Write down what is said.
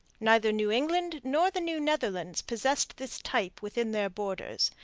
neither new england nor the new netherlands possessed this type within their borders,